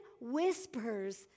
whispers